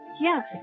yes